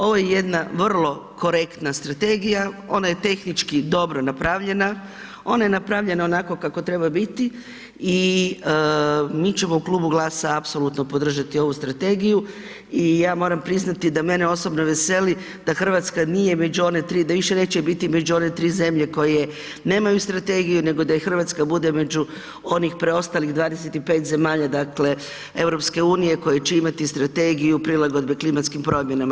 Ovo je jedna vrlo korektna strategija, ona je tehnički dobro napravljena, ona je napravljena onako kako treba biti i mi ćemo u Klubu GLAS-a apsolutno podržati ovu strategiju i ja moram priznati da mene osobno veseli da RH nije među one 3, da više neće biti među one 3 zemlje koje nemaju strategiju, nego da i RH bude među onih preostalih 25 zemalja, dakle EU koje će imati Strategiju prilagodbe klimatskim promjenama.